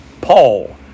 Paul